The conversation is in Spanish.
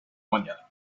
mañana